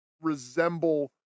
resemble